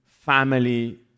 family